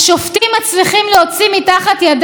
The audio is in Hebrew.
השופטים גלגלו עיניים לשמיים,